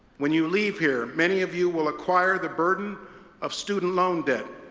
when you leave here many of you will acquire the burden of student loan debt,